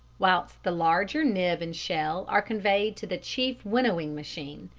whilst the larger nib and shell are conveyed to the chief winnowing machine.